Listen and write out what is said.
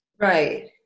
Right